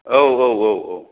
औ औ औ औ